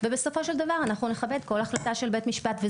ובסופו של דבר אנחנו נכבד כל החלטה של בית משפט.